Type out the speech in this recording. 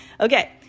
okay